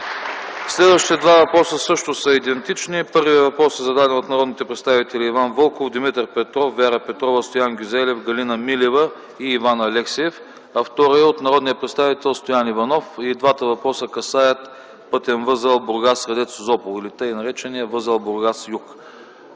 Следващите два въпроса също са идентични. Първият въпрос е зададен от народните представители Иван Вълков, Димитър Петров, Вяра Петрова, Стоян Гюзелев, Галина Милева и Иван Алексиев. Вторият – от народния представител Стоян Иванов. И двата въпроса касаят пътен възел Бургас-Средец-Созопол или така наречения възел Бургас-юг.